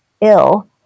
ill